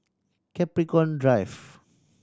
Capricorn Drive